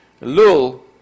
Lul